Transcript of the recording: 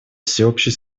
всеобщей